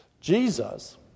Jesus